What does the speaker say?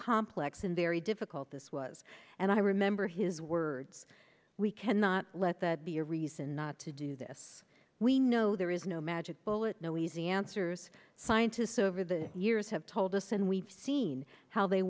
complex and very difficult this was and i remember his words we cannot let that be a reason not to do this we know there is no magic bullet no easy answers scientists over the years have told us and we've seen how they